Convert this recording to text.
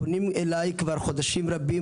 פונים אליי כבר חודשים רבים,